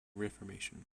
reformation